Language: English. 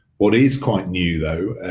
what is quite new, though,